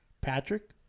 Patrick